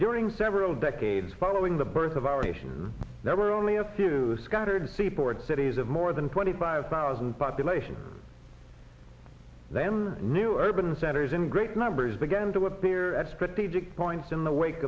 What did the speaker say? during several decades following the birth of our nation there were only a few scattered seaport cities of more than twenty five thousand population then new urban centers in great numbers began to appear at strategic points in the wake